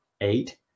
eight